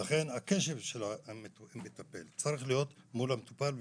לכן הקשב של המטפל צריך להיות למטופל בלבד.